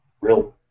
real